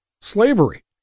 slavery